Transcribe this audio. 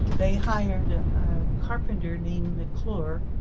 they hired a carpenter named mcclure,